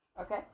Okay